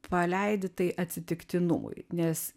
paleidi tai atsitiktinumui nes